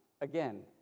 again